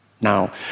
Now